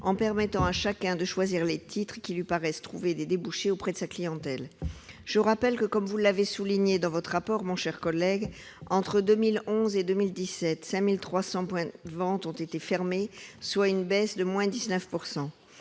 la faculté à chacun de choisir les titres qui lui paraissent trouver des débouchés auprès de sa clientèle. Je rappelle que, comme vous l'avez souligné dans votre rapport, mon cher collègue :« Entre 2011 et 2017, 5 300 points de vente ont été fermés, soit une baisse de 19 %.